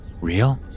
Real